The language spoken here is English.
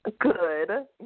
Good